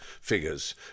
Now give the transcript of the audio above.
figures